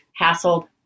hassled